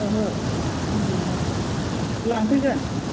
ओहो आं गैला लांफैगोन